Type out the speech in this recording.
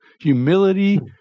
humility